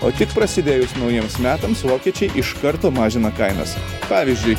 o tik prasidėjus naujiems metams vokiečiai iš karto mažina kainas pavyzdžiui